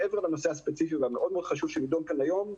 מעבר לנושא הספציפי והחשוב מאוד שנדון כאן היום,